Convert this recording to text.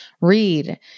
Read